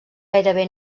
gairebé